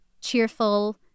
cheerful